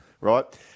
right